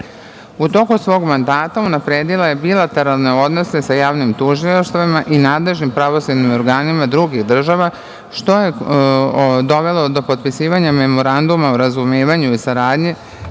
toku svog mandata, unapredila je bilateralne odnose sa javnim tužilaštvima i nadležnim pravosudnim organima drugih država, što je dovelo do potpisivanja Memoranduma o razumevanju i saradnji